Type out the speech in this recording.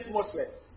Muslims